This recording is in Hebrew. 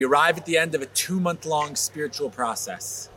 We arrived the end of a 2 months long virtual process